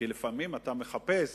כי לפעמים אתה מחפש